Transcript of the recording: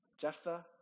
Jephthah